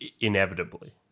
inevitably